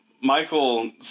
Michael